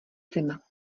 zima